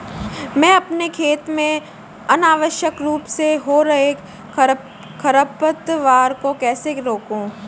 मैं अपने खेत में अनावश्यक रूप से हो रहे खरपतवार को कैसे रोकूं?